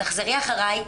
תחזרי אחריי,